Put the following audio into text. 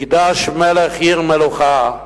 מקדש מלך עיר מלוכה /